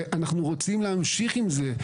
ואנחנו רוצים להמשיך עם זה.